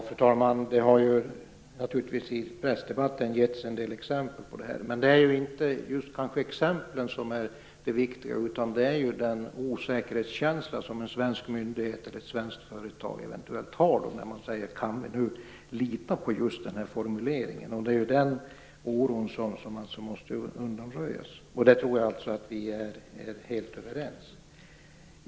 Fru talman! Det har i pressdebatten givits en del exempel, men det är kanske inte just exemplen som är det viktiga, utan det är den osäkerhetskänsla som en svensk myndighet eller ett svenskt företag eventuellt har när man säger: Kan vi lita på just den här formuleringen? Det är den oron som måste undanröjas. Det tror jag att vi är helt överens om.